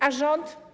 A rząd?